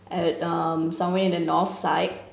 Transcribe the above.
at um somewhere in the north side